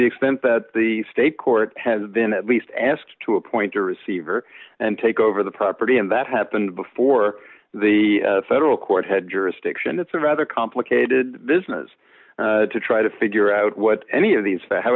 the extent that the state court has been at least asked to appoint a receiver and take over the property and that have been before the federal court had jurisdiction it's a rather complicated business to to figure out what any of these for how